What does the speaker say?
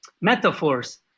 metaphors